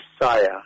Messiah